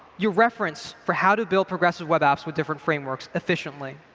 your reference for how to build progressive web apps with different frameworks efficiently.